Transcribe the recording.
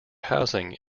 housing